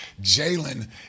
Jalen